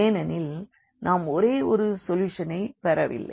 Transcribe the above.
ஏனெனில் நாம் ஒரே ஒரு சொல்யூஷனைப் பெறவில்லை